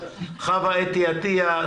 חוה אתי עטייה,